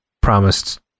promised